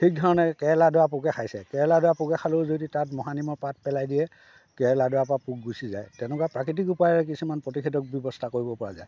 ঠিক ধৰণে কেৰেলাডৰা পোকে খাইছে কেৰেলাডৰা পোকে খালেও যদি তাত মহানিমৰ পাত পেলাই দিয়ে কেৰেলাডৰাৰ পৰা পোক গুচি যায় এনেকুৱা প্ৰাকৃতিক উপায়েৰে কিছুমান প্ৰতিষেধক ব্যৱস্থা কৰিব পৰা যায়